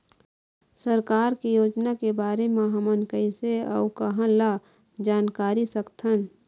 सरकार के योजना के बारे म हमन कैसे अऊ कहां ल जानकारी सकथन?